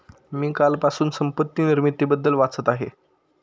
मी कालपासून संपत्ती निर्मितीबद्दल वाचत आहे